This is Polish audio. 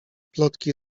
plotki